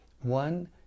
one